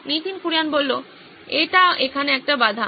তাই যে নীতিন কুরিয়ান এইটা এখানে একটি বাধা